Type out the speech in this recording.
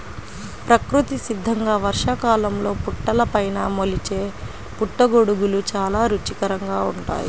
ప్రకృతి సిద్ధంగా వర్షాకాలంలో పుట్టలపైన మొలిచే పుట్టగొడుగులు చాలా రుచికరంగా ఉంటాయి